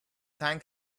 thank